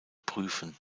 prüfen